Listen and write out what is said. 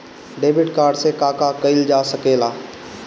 Debit card से का का कइल जा सके ला?